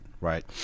right